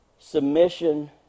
Submission